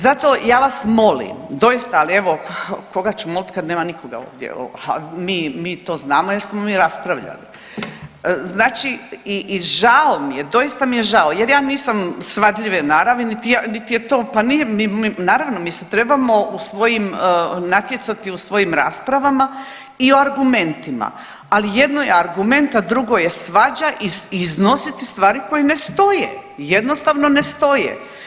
Zato ja vas molim, doista, ali evo koga ću molit kad nema nikoga ovdje, a mi, mi to znamo jer smo mi raspravljali, znači i žao mi je, doista mi je žao jer ja nisam svadljive naravi, niti ja, niti je to, pa nije mi, naravno mislim trebamo u svojim, natjecati u svojim raspravama i argumentima, ali jedno je argument, a drugo je svađa i iznositi stvari koje ne stoje, jednostavno ne stoje.